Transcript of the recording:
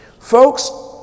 Folks